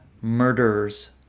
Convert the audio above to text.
murderers